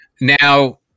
Now